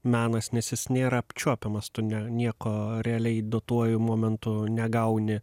menas nes jis nėra apčiuopiamas tu ne nieko realiai duotuoju momentu negauni